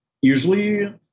Usually